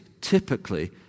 typically